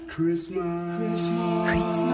Christmas